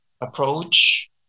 approach